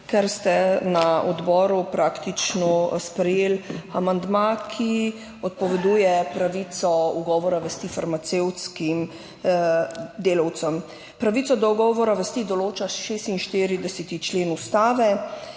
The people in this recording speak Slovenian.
ker ste na odboru praktično sprejeli amandma, ki odpoveduje pravico ugovora vesti farmacevtskim delavcem. Pravico do ugovora vesti določa 46. člen Ustave